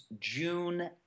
June